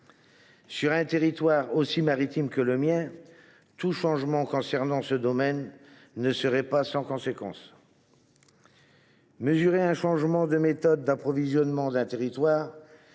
Sur un territoire aussi maritime que le mien, tout changement dans ce domaine ne serait pas sans conséquence. Mesurer un changement de méthode d’approvisionnement d’un territoire,